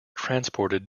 transported